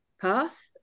path